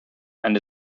and